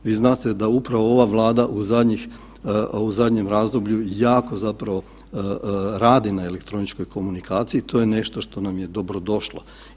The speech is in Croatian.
Vi znate da upravo ova Vlada u zadnjem razdoblju jako zapravo radi na elektroničkoj komunikaciji, to je nešto što nam je dobrodošlo.